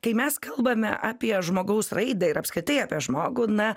kai mes kalbame apie žmogaus raidą ir apskritai apie žmogų na